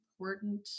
important